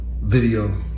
video